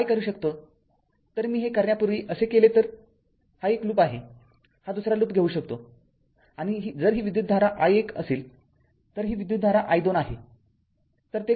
तर काय करू शकतो तर मी हे करण्यापूर्वी असे केले तर हा एक लूप आहे हा दुसरा लूप घेऊ शकतो आणि जर ही विद्युतधारा i१ असेल तर ही विद्युतधारा i२ आहे